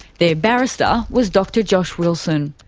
their barrister was dr josh wilson.